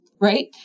right